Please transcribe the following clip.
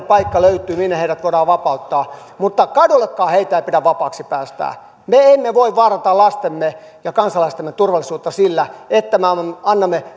paikka löytyy minne heidät voidaan vapauttaa mutta kadullekaan heitä ei pidä vapaaksi päästää me emme voi vaarantaa lastemme ja kansalaistemme turvallisuutta sillä että me annamme